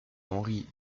henri